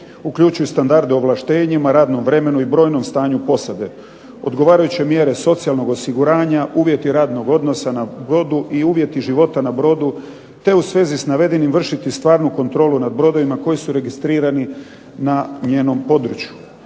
uključujući standarde ovlaštenjima, radnom vremenu i brojnom stanju posade, odgovarajuće mjere socijalnog osiguranja, uvjeti radnog odnosa na brodu i uvjeti života na brodu, te u svezi s navedenim vršiti stvarnu kontrolu nad brodovima koji su registrirani na njenom području.